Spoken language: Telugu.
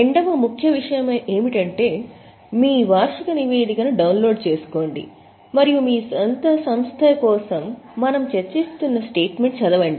రెండవ ముఖ్యమైన విషయం ఏమిటంటే మీ వార్షిక నివేదికను డౌన్లోడ్ చేసుకోండి మరియు మీ స్వంత సంస్థ కోసం మనము చర్చిస్తున్న స్టేట్మెంట్ చదవండి